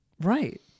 Right